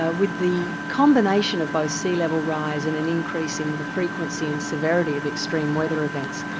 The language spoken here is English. ah with the combination of both sea-level rise and an increase in the frequency and severity of extreme weather events,